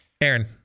Aaron